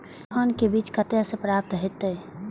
मखान के बीज कते से प्राप्त हैते?